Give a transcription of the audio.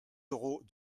euros